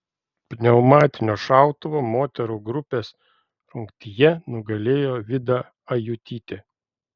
pneumatinio šautuvo moterų grupės rungtyje nugalėjo vida ajutytė